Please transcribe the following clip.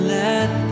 let